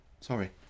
Sorry